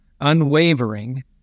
unwavering